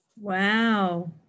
Wow